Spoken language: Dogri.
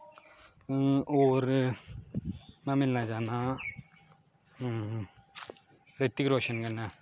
होर में मिलना चाह्न्ना हूं रितिक रोशन कन्नै